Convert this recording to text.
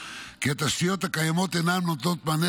כי התשתיות הקיימות אינן נותנות מענה